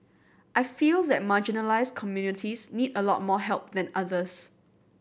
I feel that marginalised communities need a lot more help than others